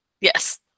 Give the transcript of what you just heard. Yes